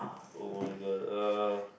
oh my god uh